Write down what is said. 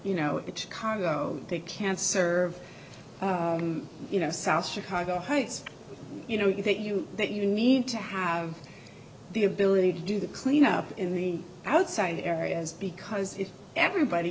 you know it's because they can't serve you know south chicago heights you know that you that you need to have the ability to do the cleanup in the outside areas because if everybody